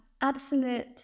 absolute